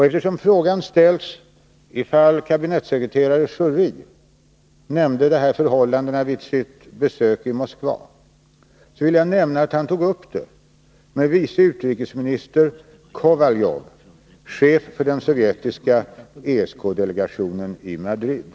Eftersom frågan ställdes om kabinettssekreterare Schori nämnde detta förhållande vid sitt besök i Moskva, vill jag svara att han tog upp det med vice utrikesministern Kovaljov, chef för den sovjetiska ESK-delegationen i Madrid.